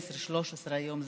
12, 13, היום,